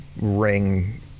ring